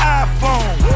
iPhone